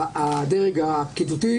אפילו אין פסק דין שאומר שהם לא כפופים.